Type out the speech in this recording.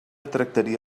tractaria